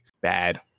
Bad